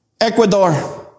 Ecuador